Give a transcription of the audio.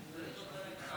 חבורה של רוקדים על